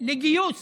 לגיוס